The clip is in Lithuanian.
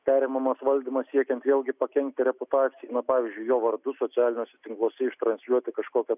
perimamas valdymas siekiant vėlgi pakenkti reputacijai pavyzdžiui jo vardu socialiniuose tinkluose ištransliuoti kažkokią